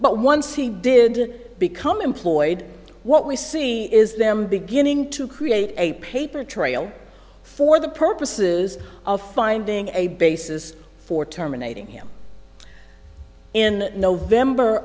but once he did become employed what we see is them beginning to create a paper trail for the purposes of finding a basis for terminating him in november